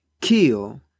kill